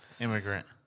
immigrant